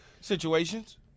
situations